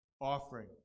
Offering